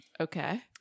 Okay